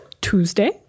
Tuesday